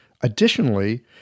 Additionally